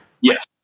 Yes